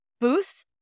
booth